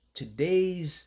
today's